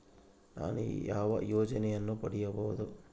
ನಾನು ಯಾವ ಯೋಜನೆಯನ್ನು ಪಡೆಯಬಹುದು?